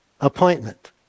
appointment